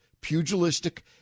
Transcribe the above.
pugilistic